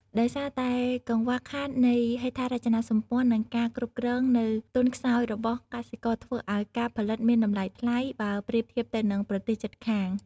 ដោយសារតែកង្វះខាតនៃហេដ្ឋារចនាសម្ព័ន្ធ និងការគ្រប់គ្រងនៅទន់ខ្សោយរបស់កសិករ ធ្វើឲ្យការផលិតមានតម្លៃថ្លៃ បើប្រៀបធៀបទៅនឹងប្រទេសជិតខាង។